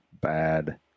bad